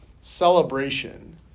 celebration